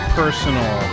personal